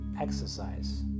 exercise